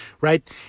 right